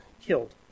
killed